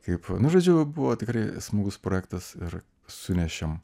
kaip nu žodžiu buvo tikrai smagus projektas ir sunešėm